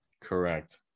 Correct